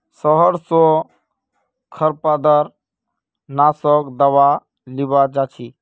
शहर स खरपतवार नाशक दावा लीबा जा छि